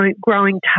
growing